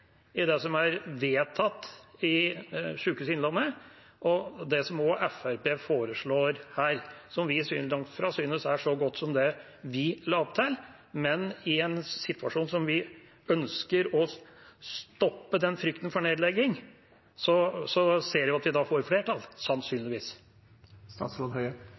det som er vedtatt i Sykehuset Innlandet, og det som også Fremskrittspartiet foreslår her, som vi langt fra synes er så godt som det vi la til, men i en situasjon der vi ønsker å stoppe frykten for nedlegging, ser vi at vi da får flertall, sannsynligvis.